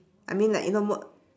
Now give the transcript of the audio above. I mean like you no work